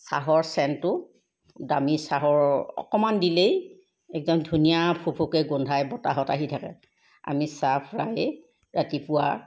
চাহৰ চেণ্টটো দামী চাহৰ অকণমান দিলেই একদম ধুনীয়া ফুৰফুৰকৈ গোন্ধায় বতাহত আহি থাকে আমি চাহ প্ৰায়ে ৰাতিপুৱা